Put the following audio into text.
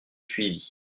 suivit